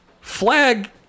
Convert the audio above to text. flag